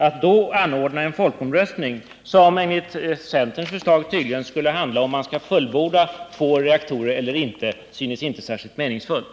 Att då anordna en folkomröstning, som enligt centerns förslag tydligen skall handla om huruvida man skall fullborda två reaktorer eller inte, synes inte särskilt meningsfullt.